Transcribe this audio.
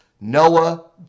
Noah